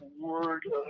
word